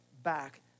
back